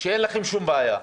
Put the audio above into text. ואין לכם שום בעיה.